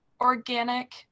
organic